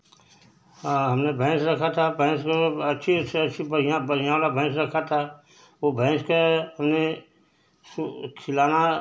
हमने भैंस रखा था भैंस मलब अच्छी से अच्छी बढ़िया बढ़िया वाला भैंस रखा था वह भैंस का हमने खिलाना